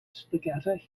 spaghetti